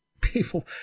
people